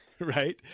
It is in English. right